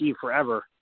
forever